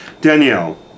Danielle